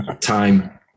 time